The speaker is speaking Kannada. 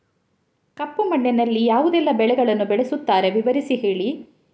ಕಪ್ಪು ಮಣ್ಣಿನಲ್ಲಿ ಯಾವುದೆಲ್ಲ ಬೆಳೆಗಳನ್ನು ಬೆಳೆಸುತ್ತಾರೆ ವಿವರಿಸಿ ಹೇಳಿ